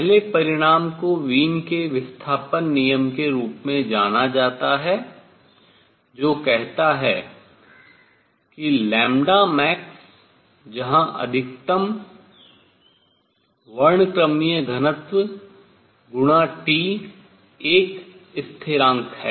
पहले परिणाम को वीन के विस्थापन नियम Wien's displacement law के रूप में जाना जाता है जो कहता है कि max जहां अधिकतम वर्णक्रमीय घनत्व गुणा T एक स्थिरांक है